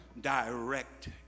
direct